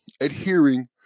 adhering